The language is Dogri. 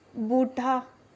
बूह्टा